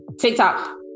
TikTok